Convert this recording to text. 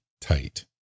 tight